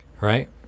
right